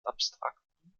abstrakten